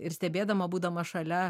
ir stebėdama būdama šalia